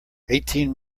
eighteen